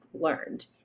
learned